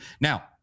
now